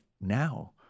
now